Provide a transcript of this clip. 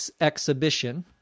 exhibition